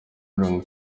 mirongo